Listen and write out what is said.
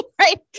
right